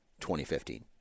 2015